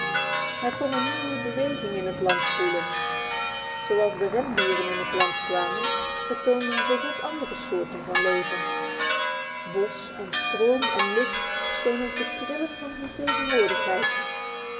hij kon een nieuwe beweging in het land voelen zoals de rendieren in het land kwamen vertoonden zich ook andere soorten van leven bos en stroom en lucht schenen te trillen van hun tegenwoordigheid